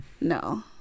no